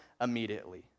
immediately